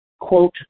quote